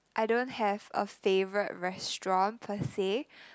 I don't have a favourite restaurant per say